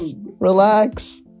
Relax